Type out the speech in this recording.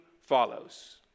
follows